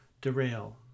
derail